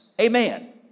Amen